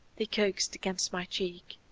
he coaxed against my cheek.